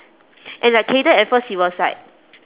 and like kayden at first he was like